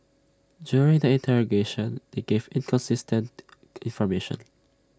during the interrogation they gave inconsistent information